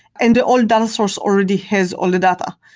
and all data source already has all the data.